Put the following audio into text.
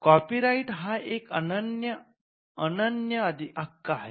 copyright हा एक अनन्य हक्क आहे